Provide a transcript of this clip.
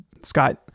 Scott